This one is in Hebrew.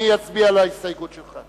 אני אצביע על ההסתייגות שלך.